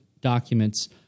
documents